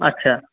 আচ্ছা